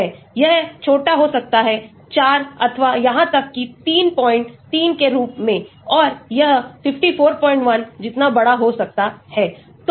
यह छोटा हो सकता है4 अथवा यहां तक कि 33 के रूप में और यह 541 जितना बड़ा हो सकता है